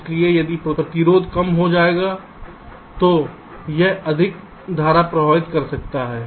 इसलिए यदि प्रतिरोध कम हो जाता है तो यह अधिक धारा प्रवाहित कर सकता है